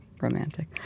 romantic